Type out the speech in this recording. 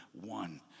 one